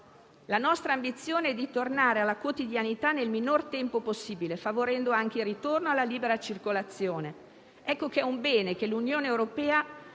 La nostra ambizione è tornare alla quotidianità nel minor tempo possibile, favorendo anche il ritorno alla libera circolazione. Ecco che è un bene che l'Unione europea